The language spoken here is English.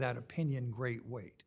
that opinion great weight